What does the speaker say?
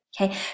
Okay